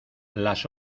las